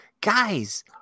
Guys